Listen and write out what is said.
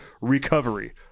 recovery